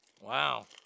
wow